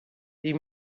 des